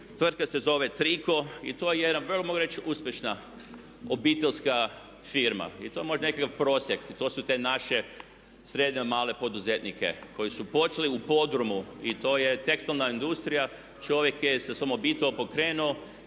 tvrtka se zove Trico i to je jedan veoma mogu reć uspješna obiteljska firma i to je možda nekakav prosjek. To su te naše srednje male poduzetnike koji su počeli u podrumu i to je tekstilna industrija, čovjek je sa svojom obitelji pokrenuo